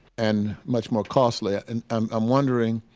and much more costly. i and am um wondering